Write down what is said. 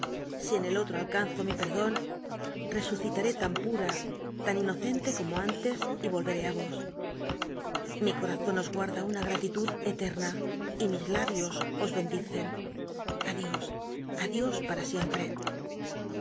si en el olr'o alcanzo mi perdon resucitaré tan pura tan inocente como antes y yoiyeré í os lli corazon os guarda una gmlilud eterna y mis labios os bendicen adios adios para siempre